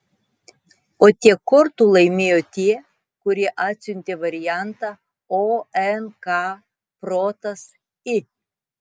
o tiek kortų laimėjo tie kurie atsiuntė variantą o n k protas i